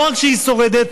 לא רק שהיא שורדת,